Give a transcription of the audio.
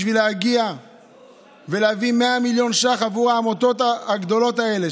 בשביל להגיע ולהביא 100 מיליון ש"ח עבור העמותות הגדולות האלה,